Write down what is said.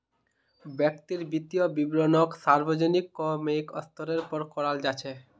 व्यक्तिर वित्तीय विवरणक सार्वजनिक क म स्तरेर पर कराल जा छेक